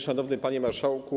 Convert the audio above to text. Szanowny Panie Marszałku!